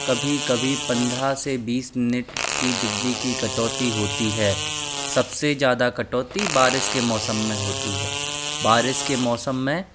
कभी कभी पंद्रह से बीस मिनट की बिजली की कटौती होती है सब से ज़्यादा कटौती बारिश के मौसम में होती है बारिश के मौसम में